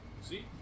see